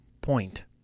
point